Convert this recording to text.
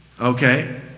Okay